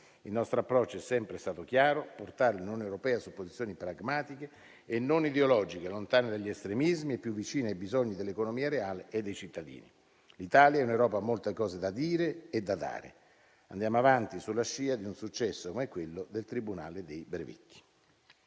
Il nostro approccio è sempre stato chiaro: portare l'Unione europea su posizioni pragmatiche e non ideologiche, lontane dagli estremismi e più vicine ai bisogni dell'economia reale e dei cittadini. L'Italia in Europa ha molte cose da dire e da dare. Andiamo avanti sulla scia di un successo come quello del tribunale dei brevetti.